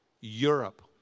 Europe